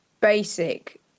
basic